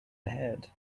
ahead